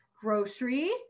grocery